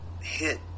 hit